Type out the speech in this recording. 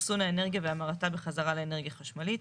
אחסון האנרגיה והמרתה בחזרה לאנרגיה חשמלית,